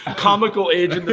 comical age in the